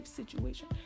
situation